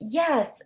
yes